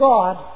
God